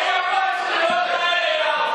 על מה אתה מדבר?